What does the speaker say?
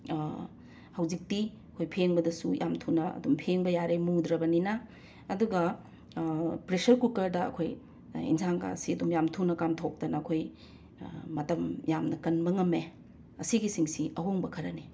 ꯍꯧꯖꯤꯛꯇꯤ ꯑꯈꯣꯏ ꯐꯦꯡꯕꯗꯁꯨ ꯌꯥꯝ ꯊꯨꯅ ꯑꯗꯨꯝ ꯐꯦꯡꯕ ꯌꯥꯔꯦ ꯃꯨꯗ꯭ꯔꯕꯅꯤꯅ ꯑꯗꯨꯒ ꯄ꯭ꯔꯦꯁꯔ ꯀꯨꯀꯔꯗ ꯑꯈꯣꯏ ꯏꯟꯁꯥꯡꯒꯥꯁꯤ ꯑꯗꯨꯝ ꯌꯥꯝ ꯊꯨꯅ ꯀꯥꯝꯊꯣꯛꯇꯅ ꯑꯩꯈꯣꯏ ꯃꯇꯝ ꯌꯥꯝꯅ ꯀꯟꯕ ꯉꯝꯃꯦ ꯑꯁꯤꯒꯤꯁꯤꯡꯁꯤ ꯑꯍꯣꯡꯕ ꯈꯔꯅꯤ